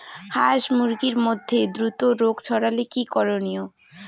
হাস মুরগির মধ্যে দ্রুত রোগ ছড়ালে কি করণীয়?